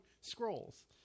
scrolls